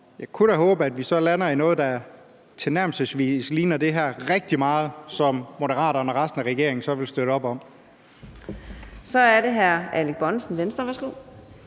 jeg kunne da håbe, at vi så lander i noget, der tilnærmelsesvis ligner det her rigtig meget, og som Moderaterne og resten af regeringen så vil støtte op om. Kl. 13:33 Fjerde næstformand